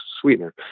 sweetener